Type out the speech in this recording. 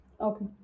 Okay